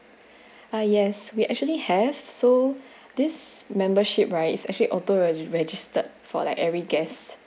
ah yes we actually have so this membership right it's actually auto re~ registered for like every guest